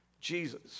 Jesus